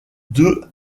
deux